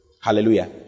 Hallelujah